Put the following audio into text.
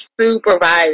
supervisor